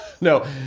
no